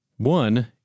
One